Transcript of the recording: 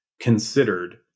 considered